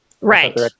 right